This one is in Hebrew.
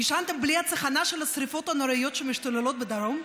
ישנתם בלי הצחנה של השרפות הנוראיות שמשתוללות בדרום?